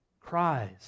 Cries